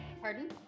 pardon